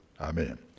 Amen